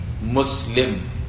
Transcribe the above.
Muslim